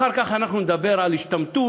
אחר כך אנחנו נדבר על השתמטות.